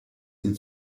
ihn